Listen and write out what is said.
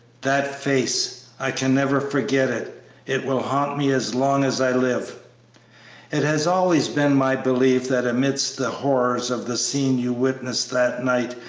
that face! i can never forget it it will haunt me as long as i live it has always been my belief that amidst the horrors of the scene you witnessed that night,